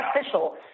official